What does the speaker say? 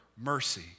mercy